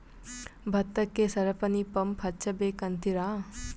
ಭತ್ತಕ್ಕ ಸರಪಣಿ ಪಂಪ್ ಹಚ್ಚಬೇಕ್ ಅಂತಿರಾ?